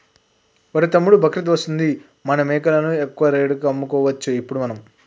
ఒరేయ్ తమ్ముడు బక్రీద్ వస్తుంది మన మేకలను ఎక్కువ రేటుకి అమ్ముకోవచ్చు ఇప్పుడు మనము